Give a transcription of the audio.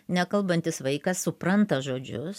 nekalbantis vaikas supranta žodžius